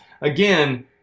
Again